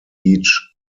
each